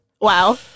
Wow